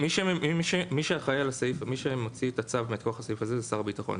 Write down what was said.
מי שמוציא את הצו מכוח הסעיף הזה, זה שר הביטחון.